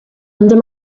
under